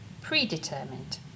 predetermined